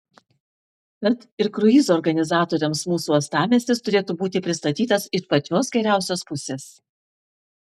tad ir kruizų organizatoriams mūsų uostamiestis turėtų būti pristatytas iš pačios geriausios pusės